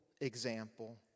example